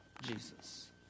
Jesus